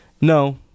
No